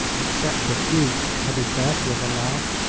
except the duke, added beth, with a laugh.